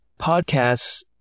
podcasts